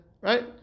right